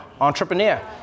entrepreneur